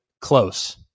close